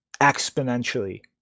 Exponentially